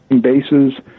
bases